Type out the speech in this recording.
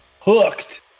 Hooked